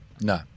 No